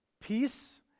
peace